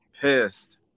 pissed